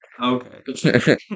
Okay